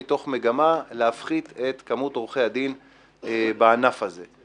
מתוך מגמה להפחית את כמות עורכי הדין בענף הזה.